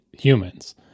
humans